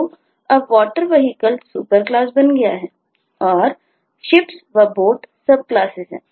तो यह अब water vehicle सुपर क्लास बन गया हैं और ships वboats सब क्लासेस है